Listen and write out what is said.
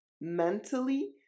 mentally